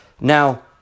Now